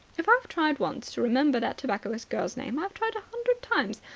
if i've tried once to remember that tobacconist girl's name, i've tried hundred times.